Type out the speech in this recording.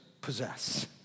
possess